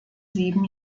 sieben